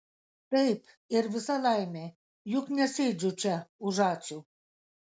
taip ir visa laimė juk nesėdžiu čia už ačiū